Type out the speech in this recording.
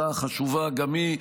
הצעה חשובה גם היא,